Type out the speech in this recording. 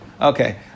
Okay